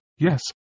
Yes